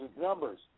numbers